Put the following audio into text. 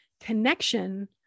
connection